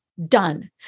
done